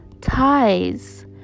ties